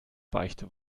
beichte